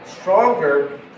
stronger